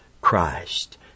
Christ